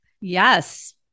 Yes